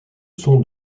son